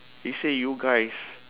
he say you guys